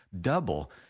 double